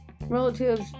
relatives